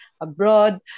abroad